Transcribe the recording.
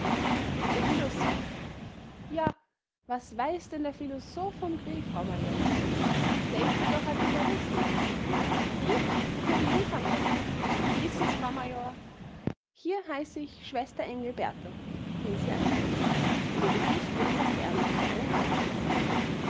der philosoph ja was weiß denn der philosoph vom krieg frau major der is ja doch artillerist krieg führt nur die infanterie wissen's frau major hier heiße ich schwester engelberta fiel sie ein und ihr gesicht wurde fast ernst für einen augenblick